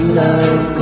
love